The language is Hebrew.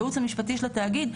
הייעוץ המשפטי של התאגיד,